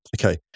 Okay